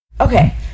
Okay